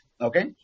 okay